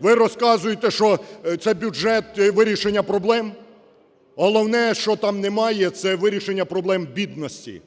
Ви розказуєте, що це бюджет вирішення проблем? Головне, що там немає, це вирішення проблем бідності.